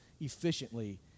efficiently